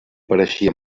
pareixia